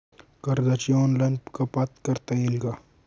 कर्जाची ऑनलाईन कपात करता येईल का?